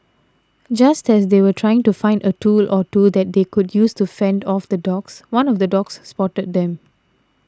just as they were trying to find a tool or two that they could use to fend off the dogs one of the dogs spotted them